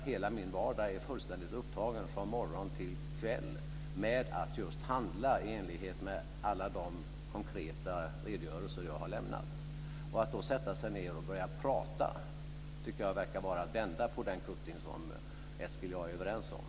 Hela min vardag är fullständigt upptagen från morgon till kväll med att just handla i enlighet med alla de konkreta redogörelser som jag har lämnat. Att då sätta sig ned och börja prata tycker jag vore att vända på den kutting som Eskil Erlandsson och jag är överens om.